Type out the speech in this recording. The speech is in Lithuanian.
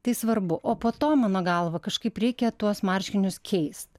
tai svarbu o po to mano galva kažkaip reikia tuos marškinius keist